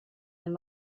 and